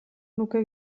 nuke